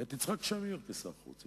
ואת יצחק שמיר כשר החוץ,